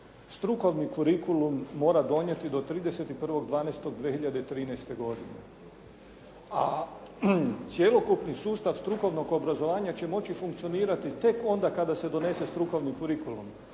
strukovni kurikulum mora donijeti do 31.12.2013. godine a cjelokupni sustav strukovnog obrazovanja će moći funkcionirati tek onda kada se donese strukovni kurikulum.